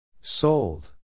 Sold